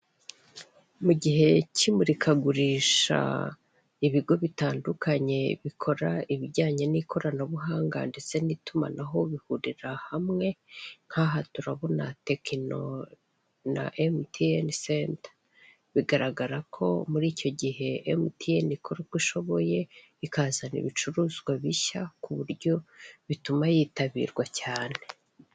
Mu gihe cy'imurikagurisha ibigo bitandukanye bikora ibijyanye n'ikoranabuhanga ndetse n'itumanaho bihurira hamwe, nk'aha turabona Tecno na MTN center. Bigaragara ko muri icyo gihe MTN ikora uko ishoboye ikazana ibicuruzwa bishya kuburyo bituma yitabirwa cyane.